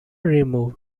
removed